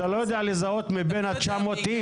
אתה לא יודע לזהות מאיפה הגיע כל אחד מ-900 האנשים.